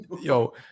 yo